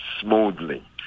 smoothly